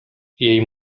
jej